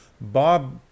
bob